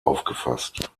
aufgefasst